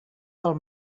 del